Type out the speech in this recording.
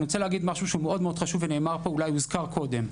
אני רוצה לומר משהו חשוב שאולי הוזכר קודם,